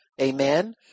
amen